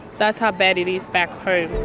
that's how bad it is back home.